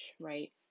Right